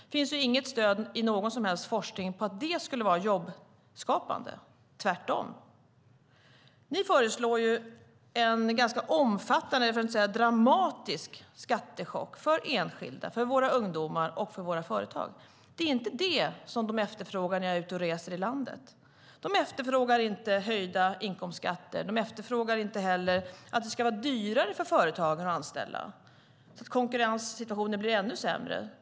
Det finns inget stöd i någon som helst forskning för att dessa förslag skulle vara jobbskapande - tvärtom. Ni föreslår ju en ganska omfattande, för att inte säga dramatisk, skattechock för enskilda, för våra ungdomar och för våra företag. Men det är inte det som de efterfrågar när jag är ute och reser i landet. De efterfrågar inte höjda inkomstskatter. De efterfrågar inte heller att det ska vara dyrare för företagen att anställa så att konkurrenssituationen blir ännu sämre.